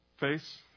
face